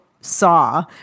saw